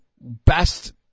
best